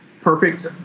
perfect